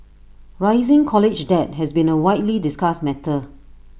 rising college debt has been A widely discussed matter